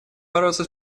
бороться